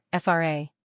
FRA